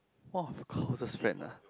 !whoa! closest friend